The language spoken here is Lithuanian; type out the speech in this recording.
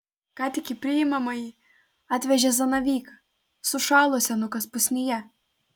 ką tik į priimamąjį atvežė zanavyką sušalo senukas pusnyje